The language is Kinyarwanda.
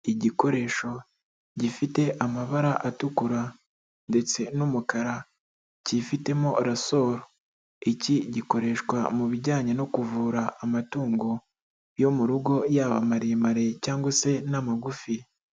Igikoresho gifite amabara atukura ndetse n'umukara cyifitemo rasoro, iki gikoreshwa mu bijyanye no kuvura amatungo yo mu rugo yaba maremare cyangwa se n'amagufi.